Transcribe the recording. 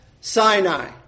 Sinai